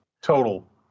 total